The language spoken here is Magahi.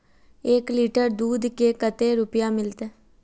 एक लीटर दूध के कते रुपया मिलते?